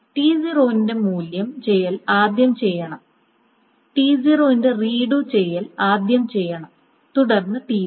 T0 ന്റെ read ചെയ്യൽ ആദ്യം ചെയ്യണം തുടർന്ന് T1